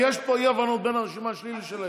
אבל יש פה אי-הבנות בין הרשימה שלי לשלהם.